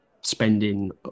spending